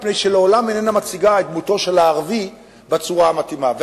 מפני שלעולם איננה מציגה את דמותו של הערבי בצורה המתאימה.